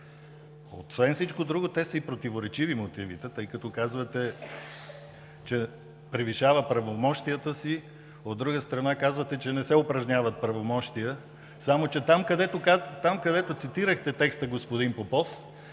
Освен всичко друго, мотивите са и противоречиви, защото казвате, че „превишава правомощията си“, а от друга страна казвате, че „не се упражняват правомощия“. Само че там, където цитирахте текста, господин Попов,